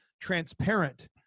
transparent